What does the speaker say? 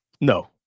no